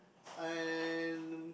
and